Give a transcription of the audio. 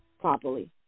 properly